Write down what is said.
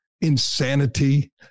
insanity